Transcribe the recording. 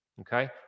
Okay